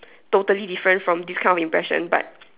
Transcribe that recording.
totally different from this kind of impression but